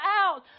out